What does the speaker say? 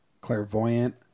clairvoyant